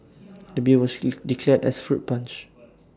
the beer was be declared as fruit punch